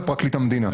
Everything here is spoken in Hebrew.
לפרקליט המדינה.